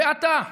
"ועתה,